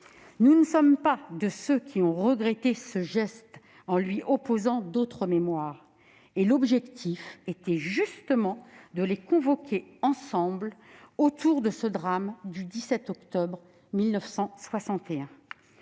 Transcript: Nous ne sommes pas de ceux qui ont regretté ce geste en lui opposant d'autres mémoires : l'objectif était justement de les convoquer ensemble autour du drame du 17 octobre 1961.